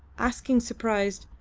asking surprised,